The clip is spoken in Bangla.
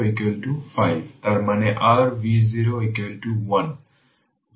সুতরাং সেই ক্ষেত্রে কি হবে যে এই 30 Ω খুঁজে বের করতে হবে